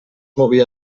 movia